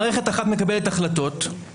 מערכת אחת מקבלת החלטות,